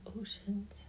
oceans